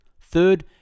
third